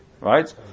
right